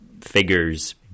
figures